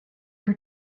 ever